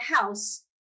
house